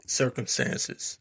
circumstances